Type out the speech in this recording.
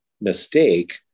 mistake